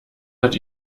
hat